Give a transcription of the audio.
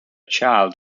child